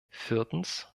viertens